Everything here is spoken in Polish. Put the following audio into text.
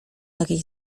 takiej